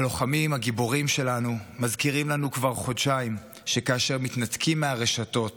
הלוחמים הגיבורים שלנו מזכירים לנו כבר חודשיים שכאשר מתנתקים מהרשתות